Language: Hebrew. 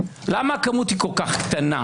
למה הכמות היא כל כך קטנה